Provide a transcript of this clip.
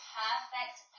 perfect